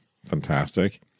Fantastic